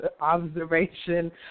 observation